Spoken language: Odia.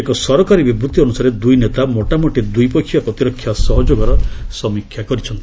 ଏକ ସରକାରୀ ବିବୃଭି ଅନୁସାରେ ଦୁଇ ନେତା ମୋଟାମୋଟି ଦ୍ୱିପକ୍ଷୀୟ ପ୍ରତିରକ୍ଷା ସହଯୋଗର ସମୀକ୍ଷା କରିଛନ୍ତି